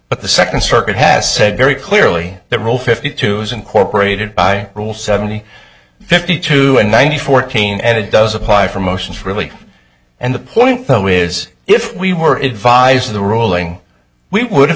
but the second circuit has said very clearly that rule fifty two is incorporated by rule seventy fifty two and ninety fourteen and it does apply for motions really and the point though is if we were advised of the ruling we would have